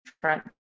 front